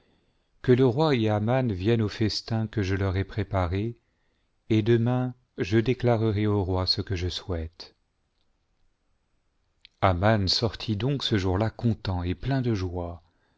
que le roi et aman viennent au festin que je leur ai préparé et demain je déclarerai au roi ce que je souhaite man sortit donc ce jour-là content et plein de joie